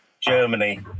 Germany